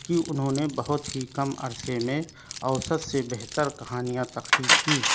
کہ انہوں نے بہت ہی کم عرصے میں اوسط سے بہتر کہانیاں تخلیق کی